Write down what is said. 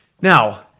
now